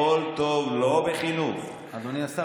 אדוני השר,